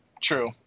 True